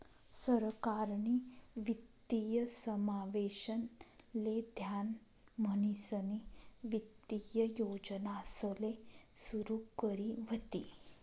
सरकारनी वित्तीय समावेशन ले ध्यान म्हणीसनी वित्तीय योजनासले सुरू करी व्हती